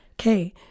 okay